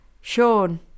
Sean